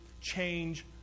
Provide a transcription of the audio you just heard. change